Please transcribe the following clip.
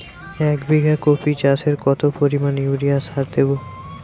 এক বিঘা কপি চাষে কত পরিমাণ ইউরিয়া সার দেবো?